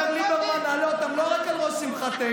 אומר ליברמן: נעלה אותם לא רק על ראש שמחתנו,